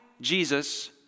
Jesus